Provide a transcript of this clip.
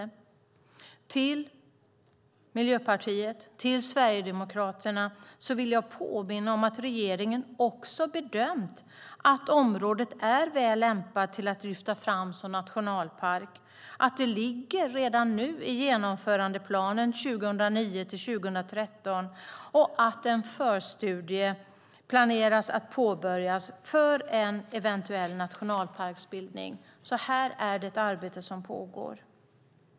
Jag vill påminna Miljöpartiet och Sverigedemokraterna om att regeringen också bedömt att området är väl lämpat att lyfta fram som nationalpark, att det redan nu ligger i genomförandeplanen 2009-2013 och att en förstudie planeras att påbörjas för en eventuell nationalparksbildning. Här är det ett arbete som pågår.